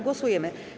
Głosujemy.